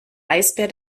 eisbär